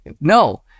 No